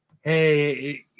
hey